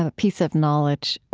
ah piece of knowledge,